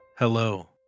Hello